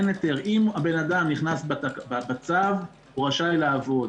אם האדם נכנס בצו הוא רשאי לעבוד.